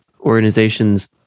organizations